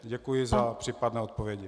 Děkuji za případné odpovědi.